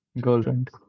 Girlfriend